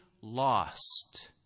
lost